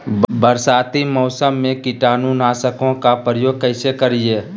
बरसाती मौसम में कीटाणु नाशक ओं का प्रयोग कैसे करिये?